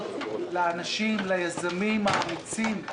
להודות ליזמים האמיצים,